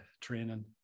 training